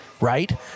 right